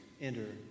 enter